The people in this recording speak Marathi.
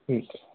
ठीक आहे